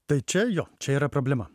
tai čia jo čia yra problema